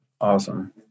Awesome